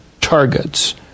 targets